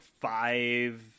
five